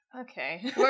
okay